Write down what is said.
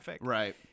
right